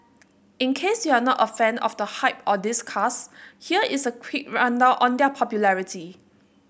in case you're not a fan of the hype or these cars here's a quick rundown on their popularity